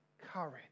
courage